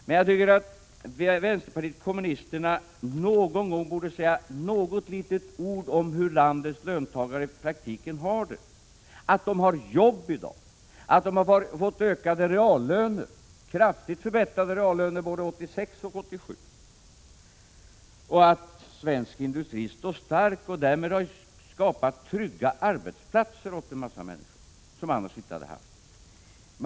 Men jag tycker att vänsterpartiet kommunisterna någon gång borde säga några ord om hur landets löntagare i praktiken har det — att de har jobb i dag, att de har fått kraftigt ökade reallöner både 1986 och 1987 och att svensk industri står stark och att trygga arbeten därmed har skapats åt många människor som annars inte skulle ha haft det.